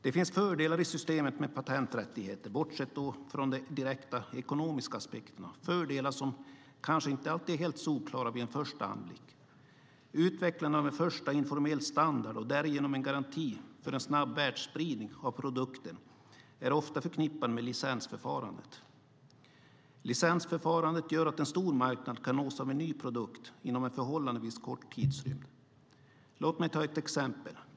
Det finns fördelar i systemet med patenträttigheter, bortsett då från de direkta ekonomiska aspekterna, fördelar som kanske inte alltid är helt solklara vid en första anblick. Utvecklandet av en första informell standard och därigenom en garanti för en snabb världsspridning av produkten är ofta förknippat med licensförfarandet. Licensförfarandet gör att en stor marknad kan nås av en ny produkt inom en förhållandevis kort tidsrymd. Låt mig ta ett exempel.